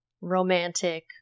romantic